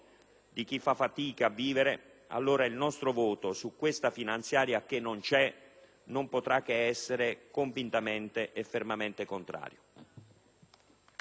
di chi fa fatica a vivere, allora il nostro voto a questa finanziaria che non c'è non potrà che essere convintamente e fermamente contrario.